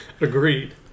Agreed